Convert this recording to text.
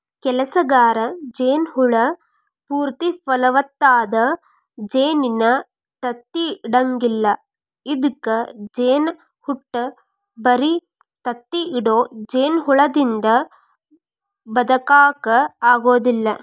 ಕೆಲಸಗಾರ ಜೇನ ಹುಳ ಪೂರ್ತಿ ಫಲವತ್ತಾದ ಜೇನಿನ ತತ್ತಿ ಇಡಂಗಿಲ್ಲ ಅದ್ಕ ಜೇನಹುಟ್ಟ ಬರಿ ತತ್ತಿ ಇಡೋ ಜೇನಹುಳದಿಂದ ಬದಕಾಕ ಆಗೋದಿಲ್ಲ